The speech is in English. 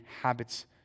habits